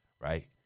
right